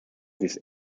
these